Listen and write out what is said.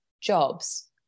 jobs